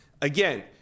Again